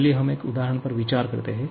चलिए हम एक उदाहरण पर विचार करते हैं